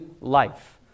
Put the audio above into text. life